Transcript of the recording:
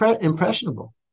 impressionable